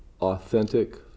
authentic